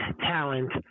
talent